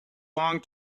long